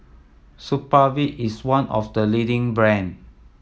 supravit is one of the leading brand